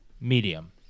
medium